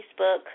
Facebook